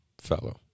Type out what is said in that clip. fellow